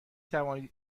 توانید